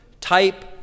type